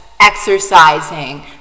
exercising